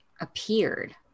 appeared